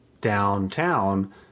downtown